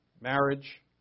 marriage